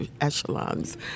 echelons